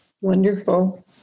Wonderful